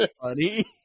funny